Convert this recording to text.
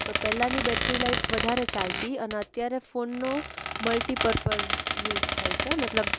તો પહેલાંની battery life વધારે ચાલતી અને અત્યારે ફોનનો મલ્ટી પરપઝ યુઝ થાય છે મતલબ